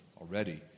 already